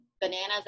bananas